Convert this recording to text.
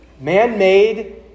man-made